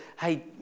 Hey